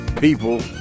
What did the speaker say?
people